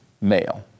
male